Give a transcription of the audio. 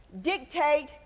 dictate